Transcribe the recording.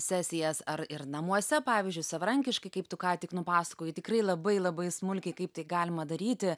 sesijas ar ir namuose pavyzdžiui savarankiškai kaip tu ką tik nupasakojai tikrai labai labai smulkiai kaip tai galima daryti